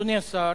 אדוני השר,